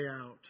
out